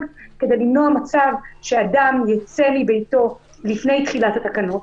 כדי למנוע מצב שאדם יצא מביתו לפני תחילת התקנות,